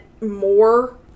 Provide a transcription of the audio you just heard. more